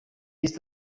east